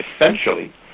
essentially